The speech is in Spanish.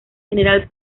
general